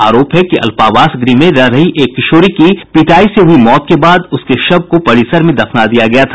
आरोप है कि अल्पावास गृह में रह रही एक किशोरी की पिटाई से हुई मौत के बाद उसके शव को परिसर में दफना दिया गया था